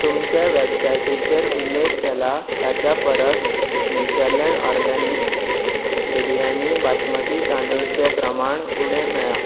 तुमचे वेबसाइटीचेर उल्लेख केला ताच्या परस नेचरलँड ऑरगॅनिक्स बिरयानी बासमती तांदळाचें प्रमाण उणें मेळ्ळां